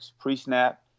pre-snap